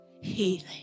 Healing